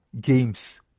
games